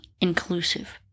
inclusive